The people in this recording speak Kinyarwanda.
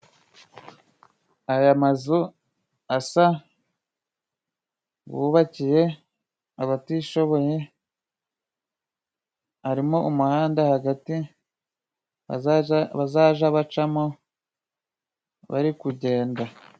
Aya mazu asa , bubakiye abatishoboye, arimo umuhanda hagati, bazaja bacamo bari kugenda.